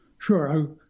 Sure